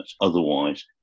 otherwise